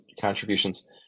contributions